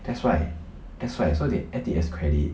that's why that's why so they add it as credit